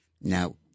Now